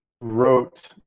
wrote